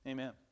Amen